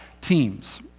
teams